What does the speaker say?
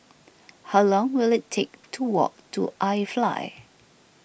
how long will it take to walk to iFly